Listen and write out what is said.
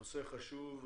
הנושא חשוב,